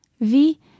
Vi